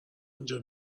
اینجا